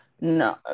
No